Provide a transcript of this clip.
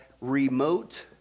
remote